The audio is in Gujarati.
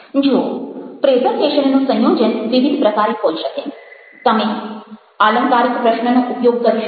જુઓ પ્રેઝન્ટેશનનું સંયોજન વિવિધ પ્રકારે હોઈ શકે તમે આલંકારિક પ્રશ્નનો ઉપયોગ કરી શકો